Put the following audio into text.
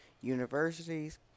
universities